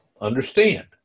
understand